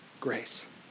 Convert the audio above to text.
Grace